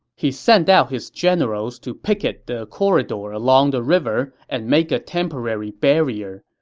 he sent out his generals to picket the corridor along the river and make a temporary barrier.